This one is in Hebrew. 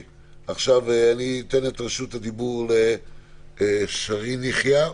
אני אתן את רשות הדיבור להורה יוסי.